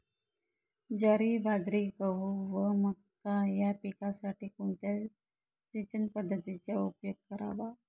ज्वारी, बाजरी, गहू व मका या पिकांसाठी कोणत्या सिंचन पद्धतीचा उपयोग करावा?